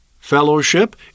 fellowship